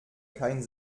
kein